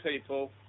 people